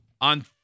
On